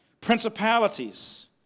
Principalities